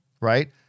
right